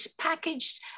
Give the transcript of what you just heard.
packaged